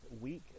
week